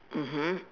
mmhmm